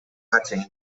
hatching